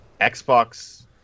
Xbox